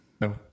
no